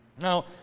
Now